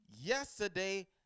yesterday